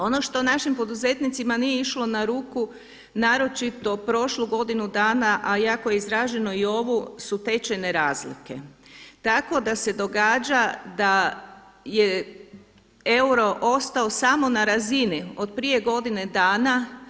Ono što našim poduzetnicima nije išlo na ruku naročito prošlu godinu dana, a jako je izraženo i ovu su tečajne razlike, tako da se događa da je euro ostao samo na razini od prije godinu dana.